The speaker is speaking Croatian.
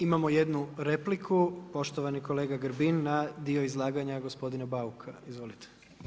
Imamo jednu repliku, poštovani kolega Grbin na dio izlaganja gospodina Bauka, izvolite.